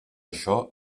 això